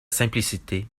simplicité